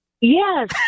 Yes